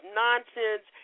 nonsense